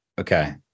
okay